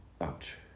Ouch